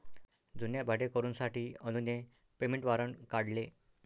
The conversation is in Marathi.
जुन्या भाडेकरूंसाठी अनुने पेमेंट वॉरंट काढले